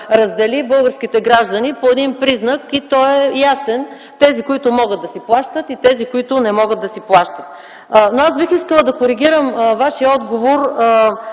раздели българските граждани по един признак и той е ясен – тези, които могат да си плащат, и тези, които не могат да си плащат. Но аз бих искала да коригирам Вашия отговор